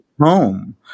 home